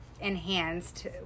enhanced